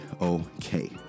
okay